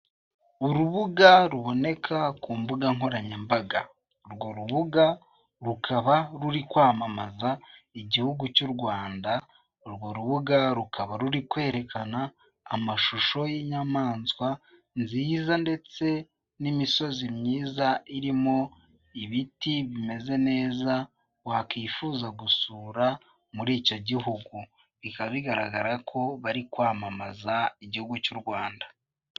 Urubuga ruboneka ku mbuga nkoranyambaga, urwo rubuga rukaba ruri kwamamaza igihugu cy'u Rwanda, urwo rubuga rukaba ruri kwerekana amashusho y'inyamaswa nziza ndetse n'imisozi myiza irimo ibiti bimeze neza wakwifuza gusura muri icyo gihugu, bikaba bigaragara ko bari kwamamaza igihugu cy'u Rwanda.